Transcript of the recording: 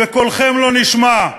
אם קולכם לא נשמע,